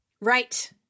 Right